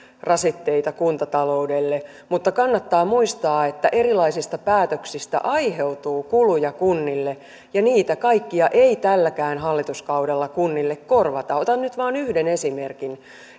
rasitteita kuntataloudelle mutta kannattaa muistaa että erilaisista päätöksistä aiheutuu kuluja kunnille ja niitä kaikkia ei tälläkään hallituskaudella kunnille korvata otan nyt vain yhden esimerkin